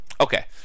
Okay